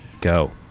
go